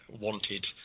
wanted